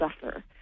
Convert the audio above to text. suffer